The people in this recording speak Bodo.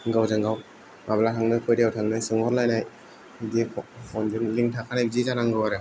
गावजों गाव माब्ला थांनो खयथायाव थांनो सोंहरलायनाय बिदिनो फनजों लिंक थाखानाय बायदि जानांगौ आरो